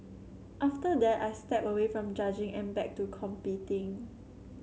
after that I stepped away from judging and back to competing